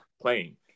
playing